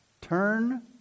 turn